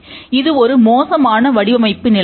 இது ஒரு மோசமான வடிவமைப்பு நிலையாகும்